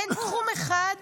אין תחום אחד